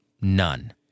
none